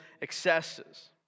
excesses